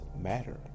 matter